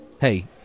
hey